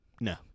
No